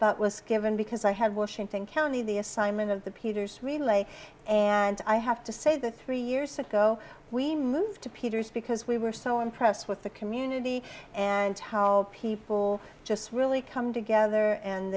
was given because i had washington county the assignment of the peters relay and i have to say the three years ago we moved to peter's because we were so impressed with the community and how people just really come together and